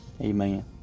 Amen